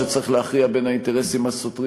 שצריך להכריע בין האינטרסים הסותרים